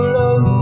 love